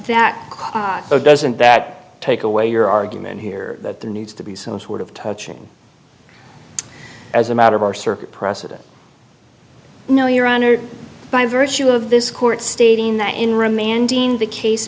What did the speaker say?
that doesn't that take away your argument here that there needs to be some sort of touching as a matter of our circuit precedent no your honor by virtue of this court stating that